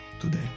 today